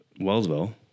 Wellsville